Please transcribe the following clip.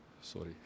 Sorry